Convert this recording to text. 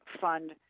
fund